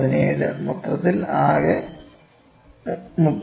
117 മൊത്തത്തിൽ ആകെ 30